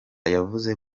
yavuze